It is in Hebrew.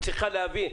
את צריכה להבין,